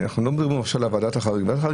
אנחנו לא מדברים על וועדת החריגים,